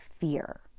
fear